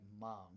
Mom